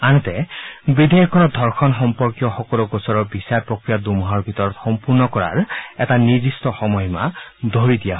আনহাতে বিধেয়কখনত ধৰ্ষণ সম্পৰ্কীয় সকলো গোচৰৰ বিচাৰ প্ৰক্ৰিয়া দুমাহৰ ভিতৰত সম্পূৰ্ণ কৰাৰ এটা নিৰ্দিষ্ট সময়সীমা ধৰি দিয়া হৈছে